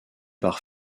par